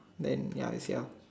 then ya is ya